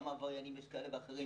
כמה עבריינים יש כאלה ואחרים